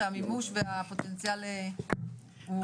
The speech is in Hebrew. שהמימוש והפוטנציאל הוא מוכר?